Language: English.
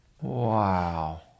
wow